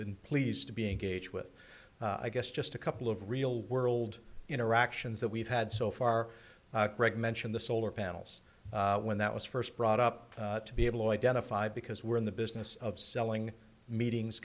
been pleased to be engaged with i guess just a couple of real world interactions that we've had so far mentioned the solar panels when that was first brought up to be able to identify because we're in the business of selling meetings